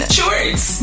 Shorts